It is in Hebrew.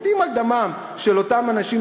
רוקדים על דמם של אותם אנשים,